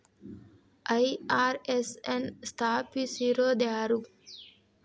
IRS ನ ಸ್ಥಾಪಿಸಿದೊರ್ಯಾರು?